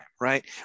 right